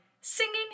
singing